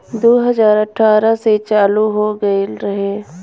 दू हज़ार अठारह से चालू हो गएल रहे